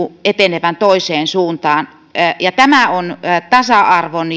etenevän toiseen suuntaan ja tämä on tasa arvon